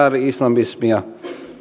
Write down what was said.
islamismia